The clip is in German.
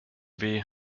weh